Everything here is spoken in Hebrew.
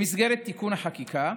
במסגרת תיקון החקיקה,